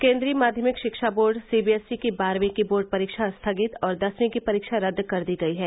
केंद्रीय माध्यमिक शिक्षा बोर्ड सीबीएसई की बारहवीं की बोर्ड परीक्षा स्थगित और दसवीं की परीक्षा रद्द कर दी गई है